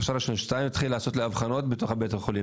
יתחיל לעשות אבחונים בתוך בית החולים?